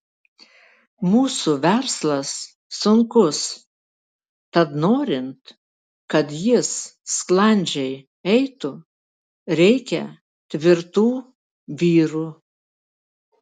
mūsų verslas sunkus tad norint kad jis sklandžiai eitų reikia tvirtų vyrų